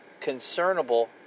concernable